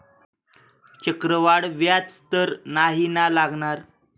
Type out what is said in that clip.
चक्रवाढ व्याज तर नाही ना लागणार?